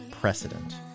precedent